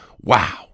wow